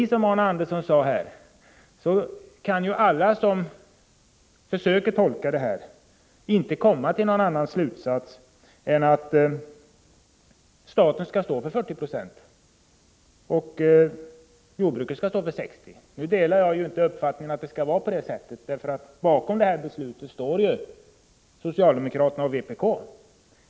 Som Arne Andersson i Ljung sade kan ingen som försöker tolka detta komma till någon annan slutsats än att staten skall stå för 40 20 och jordbruket för 60 76. Nu delar jag inte uppfattningen att det bör vara på sättet — bakom detta beslut står socialdemokraterna och vpk.